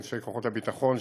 אנשי כוחות הביטחון,